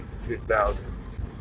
2000s